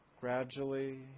gradually